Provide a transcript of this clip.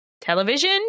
television